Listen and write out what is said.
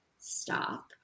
stop